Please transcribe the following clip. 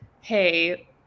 Hey